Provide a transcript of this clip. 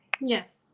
yes